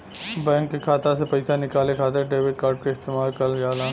bank के खाता से पइसा निकाले खातिर डेबिट कार्ड क इस्तेमाल करल जाला